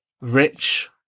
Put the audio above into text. Rich